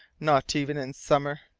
not even in summer.